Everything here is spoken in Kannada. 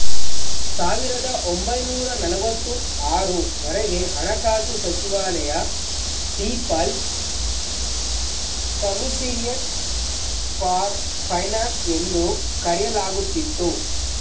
ಸಾವಿರದ ಒಂಬೈನೂರ ನಲವತ್ತು ಆರು ವರೆಗೆ ಹಣಕಾಸು ಸಚಿವಾಲಯ ಪೀಪಲ್ಸ್ ಕಮಿಷರಿಯಟ್ ಫಾರ್ ಫೈನಾನ್ಸ್ ಎಂದು ಕರೆಯಲಾಗುತ್ತಿತ್ತು